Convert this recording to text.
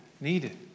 needed